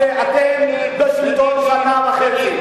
אתם בשלטון שנה וחצי.